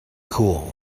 cool